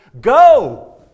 Go